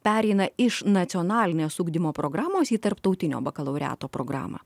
pereina iš nacionalinės ugdymo programos į tarptautinio programą